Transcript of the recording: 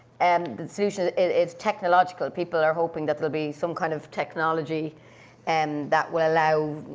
and the solution is technological. people are hoping that there'll be some kind of technology and that will allow,